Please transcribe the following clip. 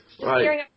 right